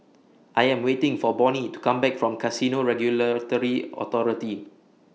I Am waiting For Bonny to Come Back from Casino Regulatory Authority